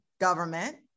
government